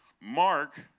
Mark